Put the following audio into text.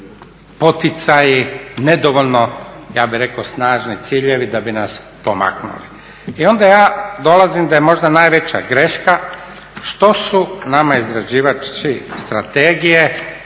poticaji, nedovoljno snažni ciljevi da bi nas pomaknuli. I onda ja dolazimo da je možda najveća greška što su nama izrađivači strategije